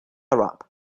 arab